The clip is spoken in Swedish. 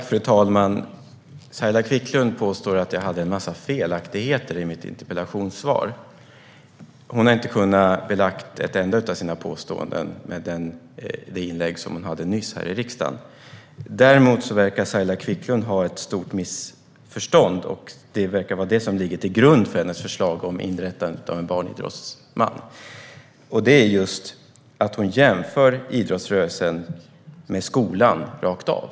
Fru talman! Saila Quicklund påstår att det finns en massa felaktigheter i mitt interpellationssvar. Hon har inte kunnat bevisa ett enda av sina påståenden i det inlägg hon gjorde nyss här i riksdagen. Däremot verkar det finnas ett stort missförstånd hos Saila Quicklund, och det verkar vara det som ligger till grund för hennes förslag om inrättandet av en barnidrottsombudsman. Missförståndet är att hon jämför idrottsrörelsen med skolan, rakt av.